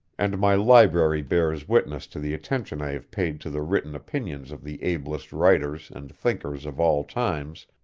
and my library bears witness to the attention i have paid to the written opinions of the ablest writers and thinkers of all times,